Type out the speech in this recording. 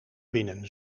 binnen